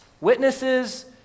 Witnesses